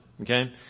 Okay